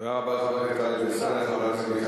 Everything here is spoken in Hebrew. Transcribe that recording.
תודה רבה לחבר הכנסת טלב אלסאנע.